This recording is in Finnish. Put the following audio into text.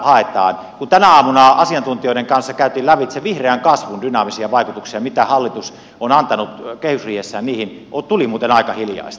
kun tänä aamuna asiantuntijoiden kanssa käytiin lävitse vihreän kasvun dynaamisia vaikutuksia mitä hallitus on antanut kehysriihessään niihin tuli muuten aika hiljaista